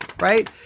right